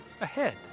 Ahead